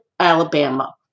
Alabama